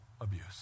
abuse